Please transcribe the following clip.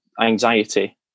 anxiety